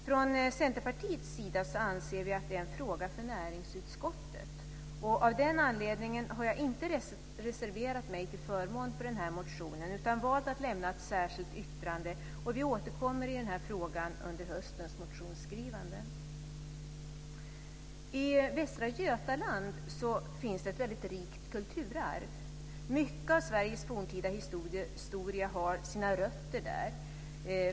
Från Centerpartiets sida anser vi att detta är en fråga för näringsutskottet. Av den anledningen har jag inte reserverat mig till förmån för den här motionen utan valt att lämna ett särskilt yttrande. Vi återkommer till frågan under höstens motionsskrivande. I Västra Götaland finns det ett väldigt rikt kulturarv. Mycket av Sveriges forntida historia har sina rötter där.